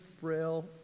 frail